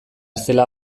zela